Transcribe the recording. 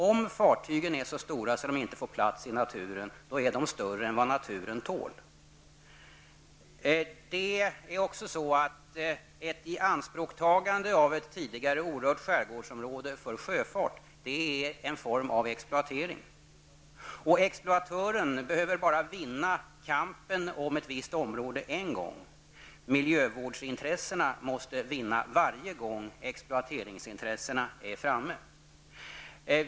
Om fartygen är så stora att de inte får plats i naturen, då är de större än vad naturen tål. Att ta ett tidigare orört skärgårdsområde i anspråk för sjöfart är en form av exploatering. Exploatören behöver bara vinna kampen om ett visst område en gång, medan miljövårdsintressena måste vinna varje gång exploateringsintressena är framme.